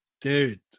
Dude